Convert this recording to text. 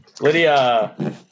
lydia